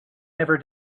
never